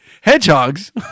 Hedgehogs